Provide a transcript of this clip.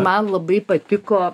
man labai patiko